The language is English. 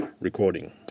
recording